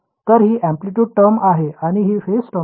तर ही amplitude term आहे आणि ही फेज टर्म आहे